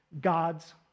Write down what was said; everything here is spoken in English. God's